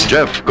Jeff